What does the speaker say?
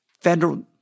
federal